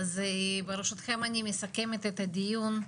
אז ברשותכם אני מסכמת את הדיון.